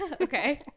Okay